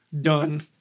Done